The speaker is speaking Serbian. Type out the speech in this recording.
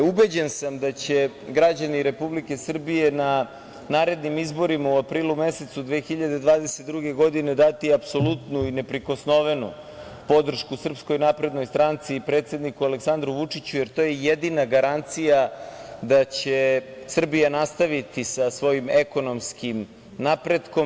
Ubeđen sam da će građani Republike Srbije na narednim izborima u aprilu mesecu 2022. godine dati apsolutnu i neprikosnovenu podršku SNS i predsedniku Aleksandru Vučiću, jer to je jedina garancija da će Srbija nastaviti sa svojim ekonomskim napretkom.